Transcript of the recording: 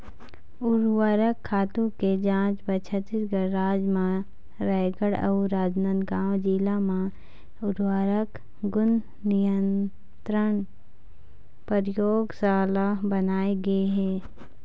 उरवरक खातू के जांच बर छत्तीसगढ़ राज म रायगढ़ अउ राजनांदगांव जिला म उर्वरक गुन नियंत्रन परयोगसाला बनाए गे हे